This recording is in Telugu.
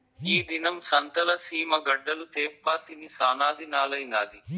ఈ దినం సంతల సీమ గడ్డలు తేప్పా తిని సానాదినాలైనాది